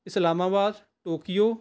Islamabad Tokyo